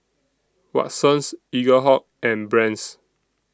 Watsons Eaglehawk and Brand's